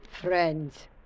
Friends